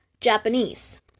Japanese